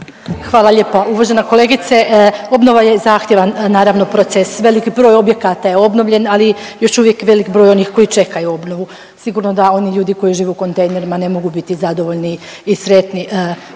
Hvala lijepo. Uvažena kolegice, obnova je zahtjevan naravno proces. Veliki broj objekata je obnovljen, ali još uvijek je veliki broj onih koji čekaju obnovu. Sigurno da oni ljudi koji žive u kontejnerima ne mogu biti zadovoljni i sretni